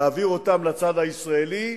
להעביר אותם לצד הישראלי,